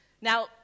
Now